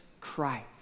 Christ